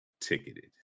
ticketed